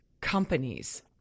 companies